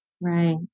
Right